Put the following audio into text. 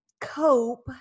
cope